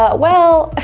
ah well